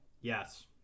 Yes